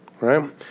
right